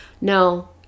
no